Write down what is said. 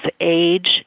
age